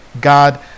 God